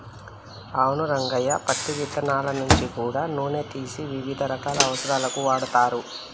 అవును రంగయ్య పత్తి ఇత్తనాల నుంచి గూడా నూనె తీసి వివిధ రకాల అవసరాలకు వాడుతరు